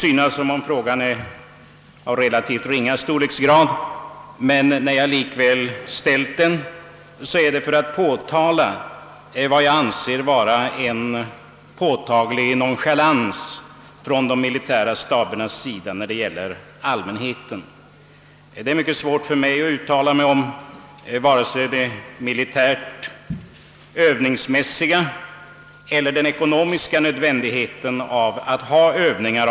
Frågan kan måhända synas vara av relativt ringa storleksordning, men jag har likväl ställt den för att fästa uppmärksamheten på vad jag anser vara en påtaglig nonchalans mot allmänheten från de militära stabernas sida. Det är självfallet svårt för mig att bedöma det ur militär övningssynpunkt berättigade i eller den ekonomiska nödvändigheten av sådana här övningar.